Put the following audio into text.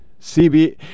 CB